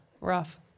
rough